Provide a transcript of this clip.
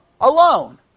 Alone